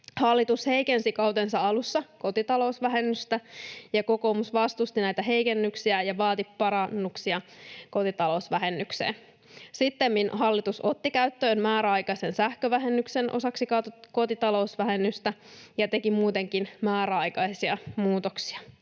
Hallitus heikensi kautensa alussa kotitalousvähennystä, ja kokoomus vastusti näitä heikennyksiä ja vaati parannuksia kotitalousvähennykseen. Sittemmin hallitus otti käyttöön määräaikaisen sähkövähennyksen osaksi kotitalousvähennystä ja teki muutenkin määräaikaisia muutoksia.